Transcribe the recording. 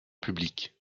public